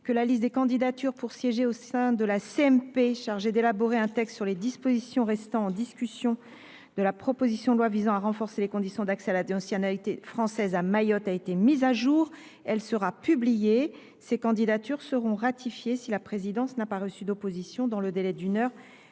que la liste des candidatures pour siéger au sein de la commission mixte paritaire chargée d’élaborer un texte sur les dispositions restant en discussion de la proposition de loi visant à renforcer les conditions d’accès à la nationalité française à Mayotte a été mise à jour et publiée. Ces candidatures seront ratifiées si la présidence n’a pas reçu d’opposition dans le délai d’une heure